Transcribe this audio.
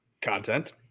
content